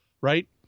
right